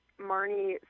Marnie